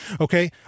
okay